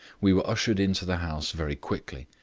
we were ushered into the house very quickly,